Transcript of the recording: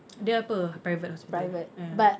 dia apa private hospital ah